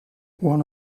one